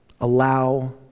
Allow